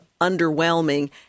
underwhelming